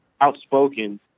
outspoken